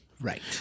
Right